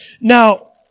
Now